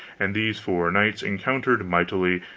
and these four knights encountered mightily,